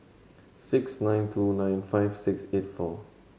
six nine two nine five six eight four